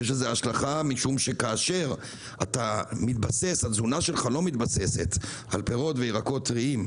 משום שכאשר התזונה שלך לא מתבססת על פירות וירקות טריים,